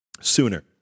Sooner